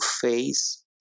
face